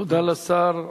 תודה לשר.